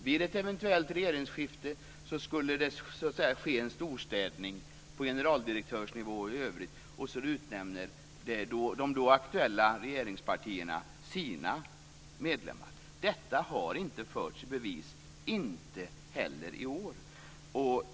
Vid ett eventuellt regeringsskifte skulle det ske en storstädning på generaldirektörsnivå och i övrigt, och sedan skulle de då aktuella regeringspartierna utnämna sina medlemmar. Detta har inte förts i bevis - inte heller i år.